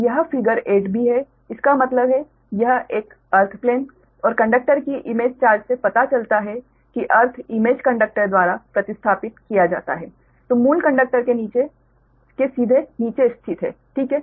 तो यह फिगर 8बी है इसका मतलब है यह एक अर्थ प्लेन और कंडक्टर की इमेज चार्ज से पता चलता है कि अर्थ इमेज कंडक्टर द्वारा प्रतिस्थापित किया जाता है जो मूल कंडक्टर के सीधे नीचे स्थित है ठीक है